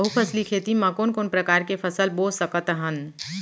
बहुफसली खेती मा कोन कोन प्रकार के फसल बो सकत हन?